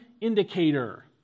indicator